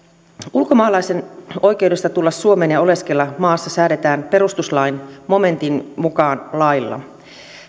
ulkomaalaisen oikeudesta tulla suomeen ja oleskella maassa säädetään perustuslain momentin mukaan lailla